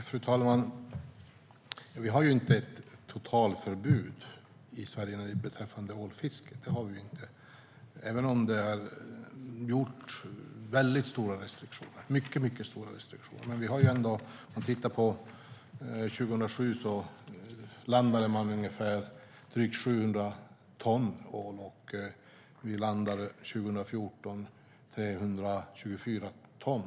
Fru talman! Det råder inte totalförbud i Sverige beträffande ålfiske, även om det finns mycket stora restriktioner. År 2007 landades drygt 700 ton ål, och 2014 landades 324 ton.